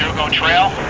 go trail.